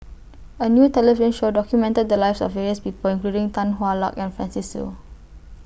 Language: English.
A New television Show documented The Lives of various People including Tan Hwa Luck and Francis Seow